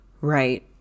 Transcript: Right